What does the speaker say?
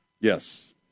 Yes